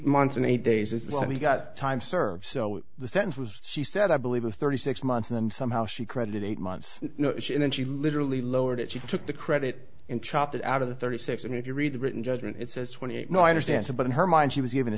months and eight days is what we've got time served so the sentence was she said i believe it's thirty six months and somehow she credited eight months and then she literally lowered it she took the credit and chopped it out of the thirty six and if you read the written judgment it says twenty eight no i understand but in her mind she was given a